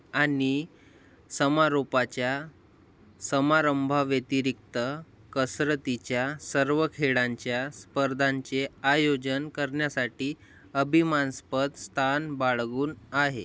mega sports कॉम्प्लेक्सच्या दोनशे पंच्याहत्तर एकर मधील मुख्य क्रीडागार उद्घाघाटन आणि समारोपाच्या समारंभा व्यतिरिक्त कसरतीच्या सर्वखेळांच्या स्पर्धांचे आयोजन करण्यासाठी अभिमानास्पद स्थान बाळगून आहे